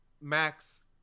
max